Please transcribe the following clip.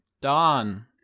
Dawn